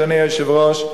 אדוני היושב-ראש,